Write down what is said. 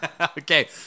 Okay